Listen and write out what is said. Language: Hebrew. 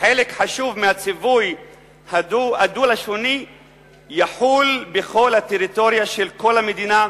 חלק חשוב מהציווי הדו-לשוני יחול בכל הטריטוריה של כל המדינה,